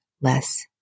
less